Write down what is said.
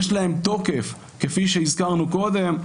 יש להן תוקף כפי שהזכרנו קודם.